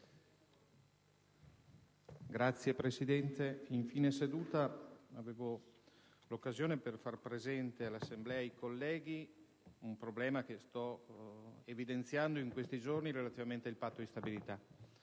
Signor Presidente, a fine seduta colgo l'occasione per far presente all'Assemblea e ai colleghi un problema che sto evidenziando in questi giorni in relazione al Patto di stabilità